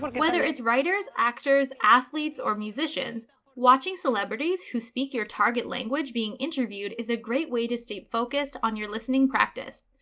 whether it's writers, actors, athletes or musicians, watching celebrities who speak your target language being interviewed is a great way to stay focused on your listening practice.